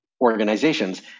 organizations